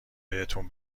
بهتون